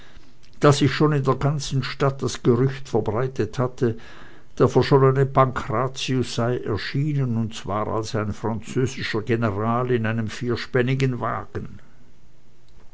da sich schon in der ganzen stadt das gerücht verbreitet hatte der verschollene pankrazius sei erschienen und zwar als ein französischer general in einem vierspännigen wagen